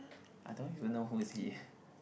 I don't even know who is he